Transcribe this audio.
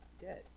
Dead